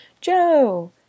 Joe